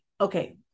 okay